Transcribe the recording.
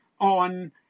on